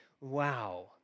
Wow